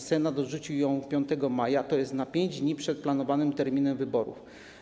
Senat odrzucił ją 5 maja, tj. na 5 dni przed planowanym terminem wyborów.